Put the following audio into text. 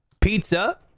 pizza